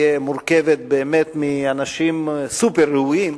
ושבעיני מורכבת מאנשים סופר-ראויים,